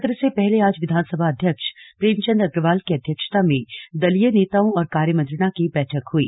सत्र से पहले आज विधानसभा अध्यक्ष प्रेमचंद अग्रवाल की अध्यक्षता में दलीय नेताओं और कार्यमंत्रणा की बैठक हुई